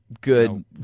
good